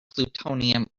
plutonium